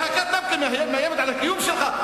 להקת דבקה מאיימת על הקיום שלך?